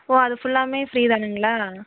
ஓ அது ஃபுல்லாமே ஃப்ரீ தானுங்களா